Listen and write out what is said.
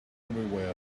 everywhere